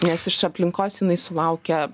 nes iš aplinkos jinai sulaukia